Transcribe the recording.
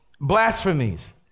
blasphemies